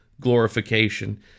glorification